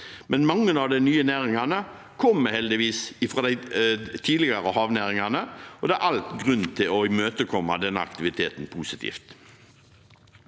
Men mange av de nye næringene kommer heldigvis fra de tidligere havnæringene, og det er all grunn til å imøtekomme denne aktiviteten positivt.